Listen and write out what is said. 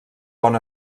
bon